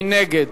מי נגד?